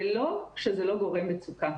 זה לא שזה לא גורם מצוקה.